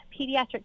pediatric